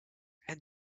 and